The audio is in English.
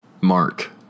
Mark